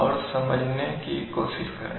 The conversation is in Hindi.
इसे समझने की कोशिश करें